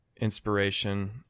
inspiration